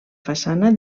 façana